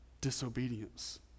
disobedience